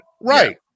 Right